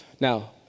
Now